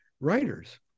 writers